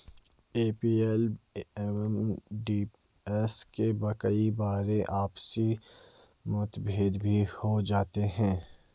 MPLADS में कई बार आपसी मतभेद भी हो जाते हैं